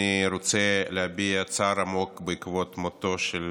אני רוצה להביע צער עמוק בעקבות מותו של